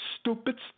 stupid